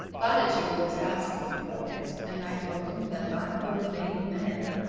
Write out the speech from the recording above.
platitude was asking me about it, and i told him that i couldn't name a man.